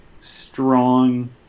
strong